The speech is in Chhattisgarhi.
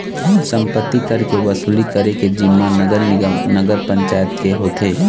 सम्पत्ति कर के वसूली करे के जिम्मा नगर निगम, नगर पंचायत के होथे